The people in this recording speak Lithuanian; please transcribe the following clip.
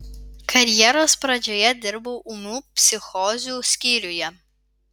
karjeros pradžioje dirbau ūmių psichozių skyriuje